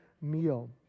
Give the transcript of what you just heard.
meal